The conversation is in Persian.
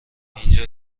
اینجا